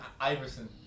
Iverson